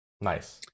Nice